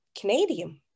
Canadian